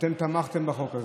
תמכתם בחוק הזה.